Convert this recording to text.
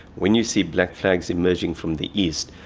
when you see black flags emerging from the east,